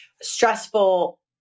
stressful